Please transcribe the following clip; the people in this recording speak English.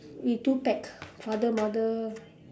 we two pax father mother